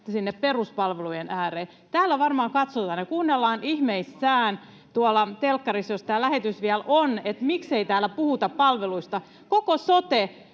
peruspalvelujen ääreen. Tuolla varmaan katsotaan ja kuunnellaan ihmeissään, jos tämä lähetys vielä on käynnissä telkkarissa, että miksei täällä puhuta palveluista. Koko